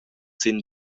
sin